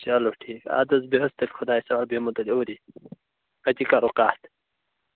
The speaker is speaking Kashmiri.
چلو ٹھیٖک اَدٕ حظ بیٚہہ حظ تیٚلہِ خۄدایَس حوال بہٕ یِمو تیٚلہِ اوٗری أتی کَرو کتھ